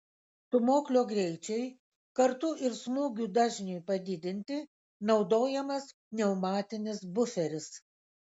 stūmoklio greičiui kartu ir smūgių dažniui padidinti naudojamas pneumatinis buferis